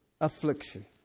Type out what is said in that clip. affliction